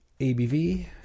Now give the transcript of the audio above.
ABV